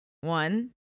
One